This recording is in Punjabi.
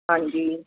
ਹਾਂਜੀ